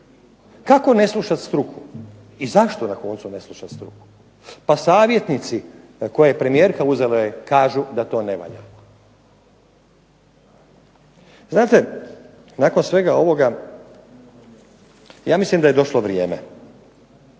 kako ne slušat struku i zašto na koncu ne slušat struku. Pa savjetnici koje je premijerka uzela joj kažu da to ne valja. Znate, nakon svega ovoga ja mislim da je došlo vrijeme